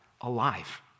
alive